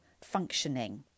functioning